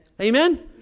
Amen